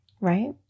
right